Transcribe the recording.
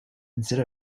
instead